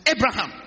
Abraham